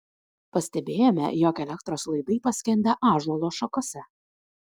pastebėjome jog elektros laidai paskendę ąžuolo šakose